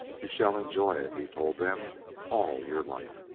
you shall enjoy it, he told them all your life.